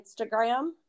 Instagram